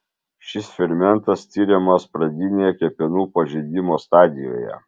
šis fermentas tiriamas pradinėje kepenų pažeidimo stadijoje